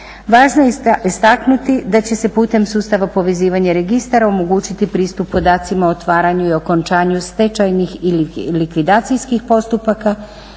Važno je istaknuti da će se putem sustava povezivanja registara omogućiti pristup podacima o otvaranju i okončanju stečajnih ili likvidacijskih postupaka,